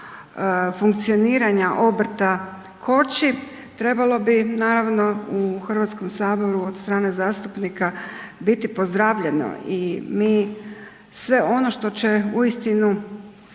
funkcioniranja obrta koči, trebalo bi naravno u Hrvatskom saboru od strane zastupnika biti pozdravljeno i mi sve ono što će uistinu